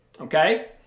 Okay